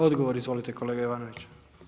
Odgovor, izvolite kolega Jovanović.